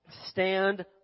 Stand